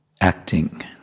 acting